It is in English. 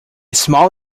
small